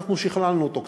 ואנחנו שכללנו אותו קצת.